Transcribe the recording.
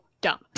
dumb